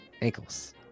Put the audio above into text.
ankles